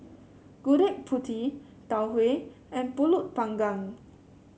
Gudeg Putih Tau Huay and pulut panggang